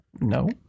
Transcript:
No